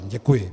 Děkuji.